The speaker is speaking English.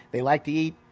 they like to eat,